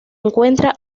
encuentra